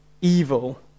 evil